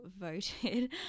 voted